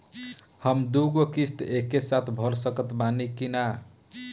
हम दु गो किश्त एके साथ भर सकत बानी की ना?